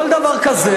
כל דבר כזה,